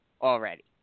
already